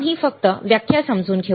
आम्ही फक्त व्याख्या समजून घेऊ